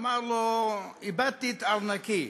אמר לו: איבדתי את ארנקי.